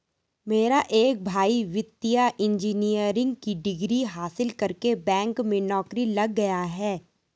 मेरा एक भाई वित्तीय इंजीनियरिंग की डिग्री हासिल करके बैंक में नौकरी लग गया है